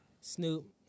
Snoop